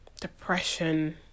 depression